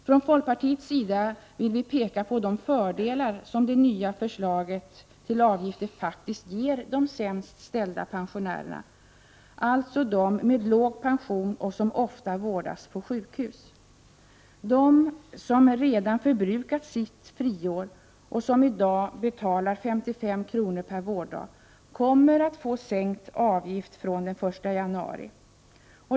Från folkpartiets sida vill vi visa på de fördelar som det nya förslaget till avgifter faktiskt ger de sämst ställda pensionärerna, alltså dem som har låg pension och som ofta vårdas på sjukhus. De som redan förbrukat sitt friår och som i dag betalar 55 kr. per vårddag kommer att få sänkt avgift från den 1 januari.